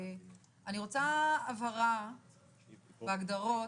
אני רוצה הבהרה בהגדרות,